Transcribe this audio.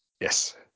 Yes